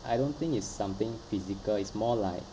I don't think it's something physical is more like